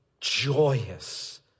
joyous